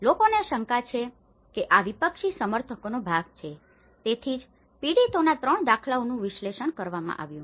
લોકોને શંકા છે કે આ વિપક્ષી સમર્થકોનો ભાગ છે તેથી જ પીડિતોના 3 દાખલાઓનું વિશ્લેષણ કરવામાં આવ્યું છે